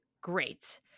great